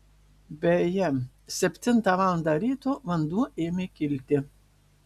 beje septintą valandą ryto vanduo ėmė kilti